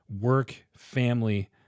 work-family